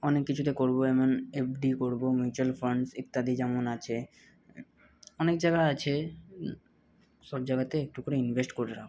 অনেক কিছুতে করবো এমন এফডি করবো মিউচুয়্যাল ফান্ডস ইত্যাদি যেমন আছে অনেক জায়গা আছে সব জায়গাতে একটু করে ইনভেস্ট করে রাখবো